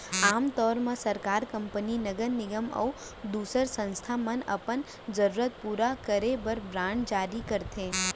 आम तौर म सरकार, कंपनी, नगर निगम अउ दूसर संस्था मन अपन जरूरत पूरा करे बर बांड जारी करथे